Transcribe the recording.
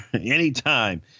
anytime